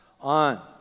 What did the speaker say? on